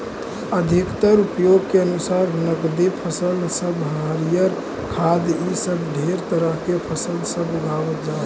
अधिकतर उपयोग के अनुसार नकदी फसल सब हरियर खाद्य इ सब ढेर तरह के फसल सब उगाबल जा हई